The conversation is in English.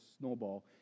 snowball